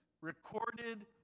recorded